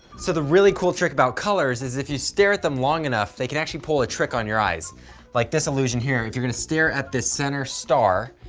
so the really cool trick about colors is if you stare at them long enough, they can actually pull a trick on your eyes like this illusion here. if you're gonna stare at this center star,